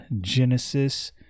Genesis